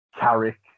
Carrick